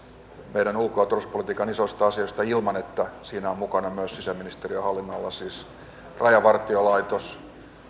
meidän ulko ja turvallisuuspolitiikan isoista asioista ilman että siinä on mukana myös sisäministeriön hallinnonala siis rajavartiolaitos